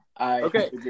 Okay